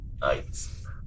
Nice